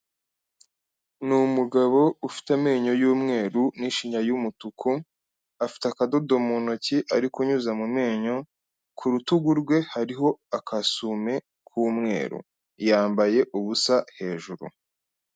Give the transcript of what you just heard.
Ni umugabo ufite amenyo y'umweru n'ishinya y'umutuku, afite akadodo mu ntoki ari kunyuza mu menyo, ku rutugu rwe hariho agasume k'umweru, yambaye ubusa hejuru.